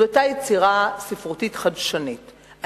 זו היתה יצירה ספרותית חדשנית,